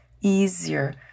easier